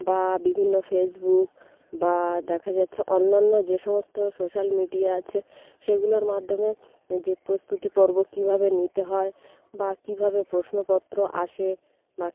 বা বিভিন্ন ফেসবুক বা দেখা যাচ্ছে অন্য অন্য যে সমস্ত সোশাল মিডিয়া আছে সেগুলোর মাধ্যমে যে প্রস্তুতি পর্ব কীভাবে নিতে হয় বা কীভাবে প্রশ্নপত্র আসে বা